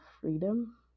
freedom